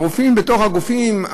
הרופאים בתוך הגופים,